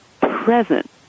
present